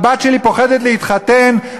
הבת שלי פוחדת להתחתן,